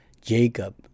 Jacob